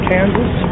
Kansas